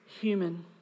human